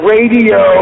Radio